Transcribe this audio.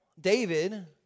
David